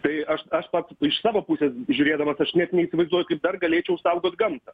tai aš aš pats iš savo pusės žiūrėdamas aš net neįsivaizduoju kaip dar galėčiau saugot gamtą